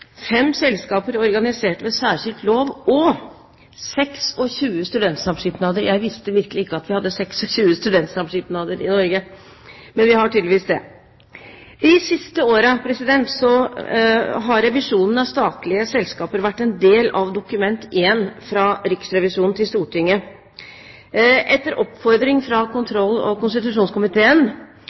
fem selskaper organisert ved særskilt lov og 26 studentsamskipnader. Jeg visste virkelig ikke at vi hadde 26 studentsamskipnader i Norge, men vi har tydeligvis det. De siste årene har revisjonen av statlige selskaper vært en del av Dokument nr. 1 fra Riksrevisjonen til Stortinget. Etter oppfordring fra kontroll- og konstitusjonskomiteen